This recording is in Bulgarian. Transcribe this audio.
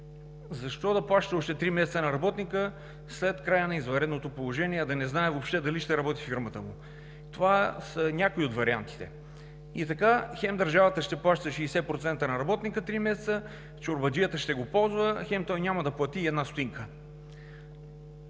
Защо да плаща още три месеца на работника след края на извънредното положение, а да не знае дали въобще ще работи фирмата му? Това са някои от вариантите. Така хем държавата ще плаща 60% на работника три месеца, чорбаджията ще го ползва, хем той няма да плати и една